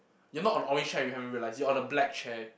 you're not on orange chair you haven't realise you are the black chair